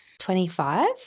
Twenty-five